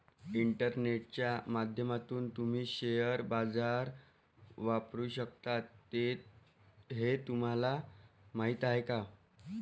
इंटरनेटच्या माध्यमातून तुम्ही शेअर बाजार वापरू शकता हे तुम्हाला माहीत आहे का?